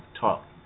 talk